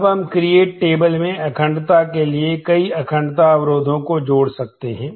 अब हम create table हो सकते हैं